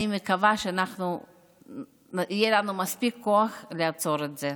אני מקווה שיהיה לנו מספיק כוח לעצור את זה.